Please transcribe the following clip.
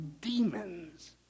demons